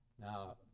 Now